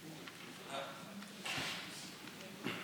תודה.